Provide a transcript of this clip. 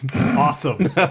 awesome